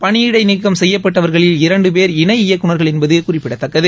பணியிடை நீக்கம் செய்யப்பட்டவர்களில் இரண்டு பேர் இணை இயக்குநர்கள் என்பது குறிப்பிடத்தக்கது